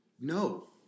No